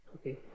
okay